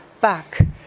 back